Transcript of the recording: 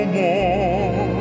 more